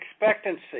expectancy